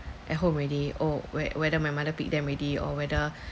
at home already oh where whether my mother pick them already or whether